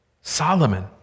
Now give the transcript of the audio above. Solomon